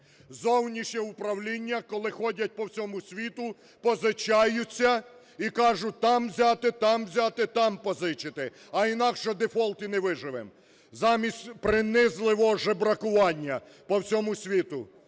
Зовнішнє управління, коли ходять по всьому світу, позичаються і кажуть: там взяти, там взяти, там позичити, а інакше дефолт і не виживем. Замість принизливого жебракування по всьому світу,